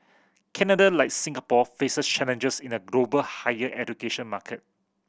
Canada like Singapore faces challenges in a global higher education market